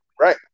Right